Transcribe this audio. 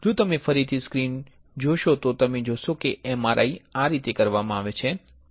જો તમે ફરીથી સ્ક્રીન જોશો તો તમે જોશો કે MRI આ રીતે કરવામાં આવે છે